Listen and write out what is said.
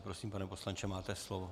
Prosím, pane poslanče, máte slovo.